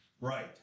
Right